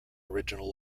original